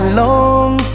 long